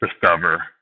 discover